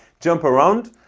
jump around,